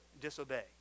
disobey